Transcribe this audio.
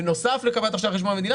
בנוסף לקבלת הכשרה על חשבון המדינה,